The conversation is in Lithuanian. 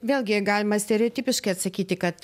vėlgi galima stereotipiškai atsakyti kad